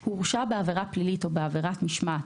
הוא הורשע בעבירה פלילית או בעבירת משמעת,